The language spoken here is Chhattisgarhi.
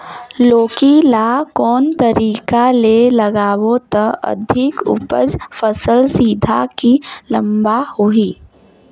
लौकी ल कौन तरीका ले लगाबो त अधिक उपज फल सीधा की लम्बा होही?